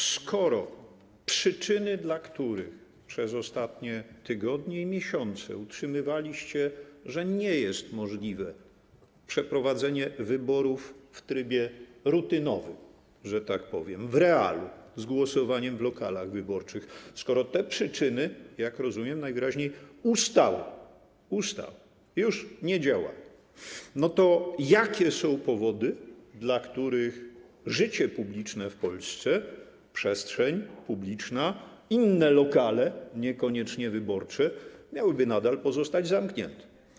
Skoro przyczyny, dla których przez ostatnie tygodnie i miesiące utrzymywaliście, że nie jest możliwe przeprowadzenie wyborów w trybie rutynowym, że tak powiem, w realu, z głosowaniem w lokalach wyborczych, jak rozumiem, najwyraźniej ustały, już ich nie ma, to jakie są powody, dla których życie publiczne w Polsce, przestrzeń publiczna, inne lokale, niekoniecznie wyborcze, miałyby nadal pozostać zamknięte?